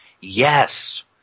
Yes